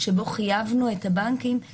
שמי אילנית מדמוני מהפיקוח על הבנקים.